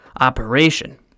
operation